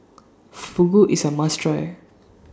Fugu IS A must Try